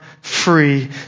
free